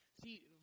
See